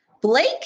Blake